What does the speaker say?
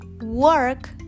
work